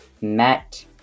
met